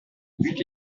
eut